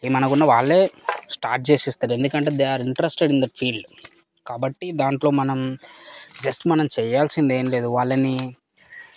ఏమనుకున్న వాళ్ళే స్టార్ట్ చేస్తారు ఎందుకంటే they are interested in the field కాబట్టి దాంట్లో మనం జస్ట్ మనం చేయాల్సింది ఏం లేదు వాళ్ళని